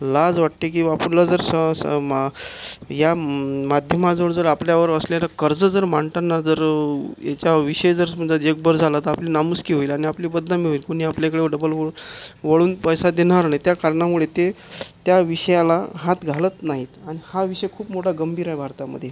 लाज वाटते की बा आपलं जर स स मा या माध्यमाजवळ जर आपल्यावर असलेलं कर्ज जर मांडताना जर याच्याविषयी जर समजा जगभर झालं तर आपली नामुष्की होईल आणि आपली बदनामी होईल कोणी आपल्याकडे डबल वळून वळून पैसा देणार नाही त्या कारणामुळे ते त्या विषयाला हात घालत नाहीत आणि हा विषय खूप मोठा गंभीर आहे भारतामध्ये